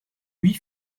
huit